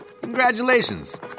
Congratulations